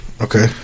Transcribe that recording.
Okay